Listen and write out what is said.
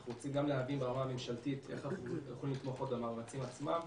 אנחנו רוצים להבין ברמה הממשלתית איך אנחנו יכולים לתמוך במאמצים עצמם.